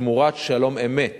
שתמורת שלום-אמת